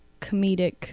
comedic